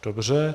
Dobře.